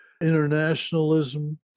internationalism